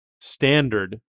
standard